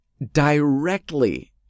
directly